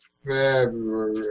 February